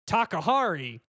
Takahari